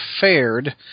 fared